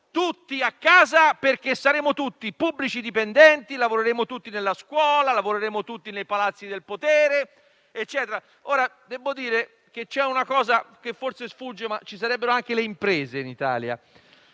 tutti a casa perché saremo tutti pubblici dipendenti, lavoreremo tutti nella scuola, lavoreremo tutti nei palazzi del potere. C'è una cosa che forse sfugge: ci sarebbero anche le imprese in Italia.